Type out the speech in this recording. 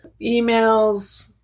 emails